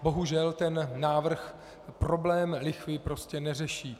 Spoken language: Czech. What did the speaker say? Bohužel ten návrh problém lichvy neřeší.